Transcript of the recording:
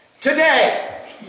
Today